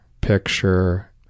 Picture